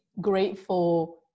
grateful